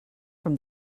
from